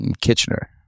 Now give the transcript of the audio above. Kitchener